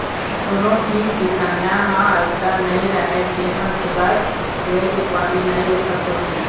कोनो भी किसनहा ह अइसन नइ राहय जेन ह सूरज उए के पहिली नइ उठत होही